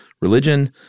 Religion